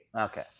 Okay